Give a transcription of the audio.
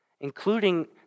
including